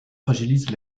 fragilise